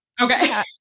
Okay